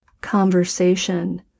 conversation